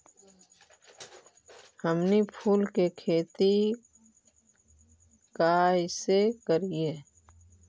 हमनी फूल के खेती काएसे करियय?